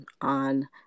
on